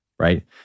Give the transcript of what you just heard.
right